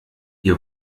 ihr